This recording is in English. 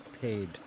paid